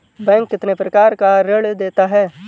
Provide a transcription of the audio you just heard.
Bank कितने प्रकार के ऋण देता है?